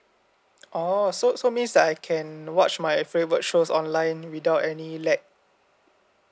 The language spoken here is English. oh so so means that I can watch my favourite shows online without any lag